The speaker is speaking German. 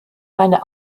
meine